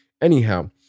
Anyhow